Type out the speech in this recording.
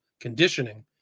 conditioning